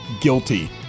guilty